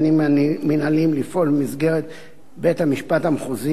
מינהליים לפעול במסגרת בית-המשפט המחוזי,